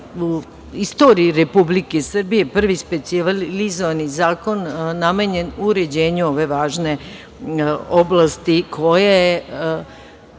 u istoriji Republike Srbije prvi specijalizovani zakon namenjen uređenju ove važne oblasti koja je